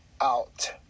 out